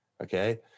okay